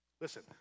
Listen